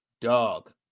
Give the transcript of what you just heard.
Dog